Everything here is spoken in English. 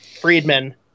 Friedman –